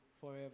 forever